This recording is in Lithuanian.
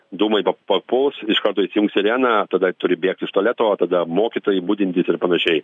dūmai pap papuls iš karto įsijungs sirena tada turi bėgt iš tualeto tada mokytojai budintys ir panašiai